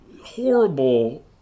horrible